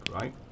right